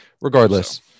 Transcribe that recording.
Regardless